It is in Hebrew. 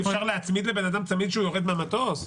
אי אפשר להצמיד לבן אדם צמיד כשהוא יורד מהמטוס או זו הבעיה?